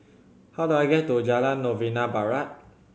how do I get to Jalan Novena Barat